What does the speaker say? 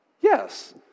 yes